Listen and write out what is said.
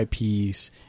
ips